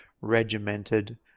regimented